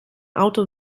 auto